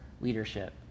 leadership